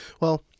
Well-